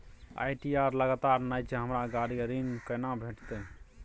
ITR लगातार नय छै हमरा गाड़ी के ऋण केना भेटतै?